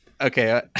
Okay